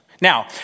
Now